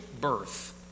birth